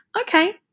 Okay